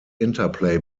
interplay